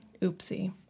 oopsie